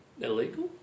illegal